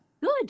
Good